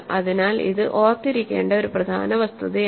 അതിനാൽ ഇത് ഓർത്തിരിക്കേണ്ട ഒരു പ്രധാന വസ്തുതയാണ്